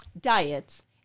diets